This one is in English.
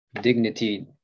dignity